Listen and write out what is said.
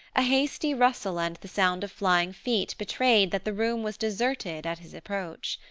a hasty rustle and the sound of flying feet betrayed that the room was deserted at his approach.